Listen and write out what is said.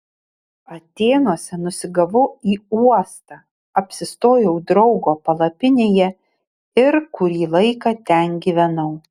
atėnuose nusigavau į uostą apsistojau draugo palapinėje ir kurį laiką ten gyvenau